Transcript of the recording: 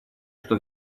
что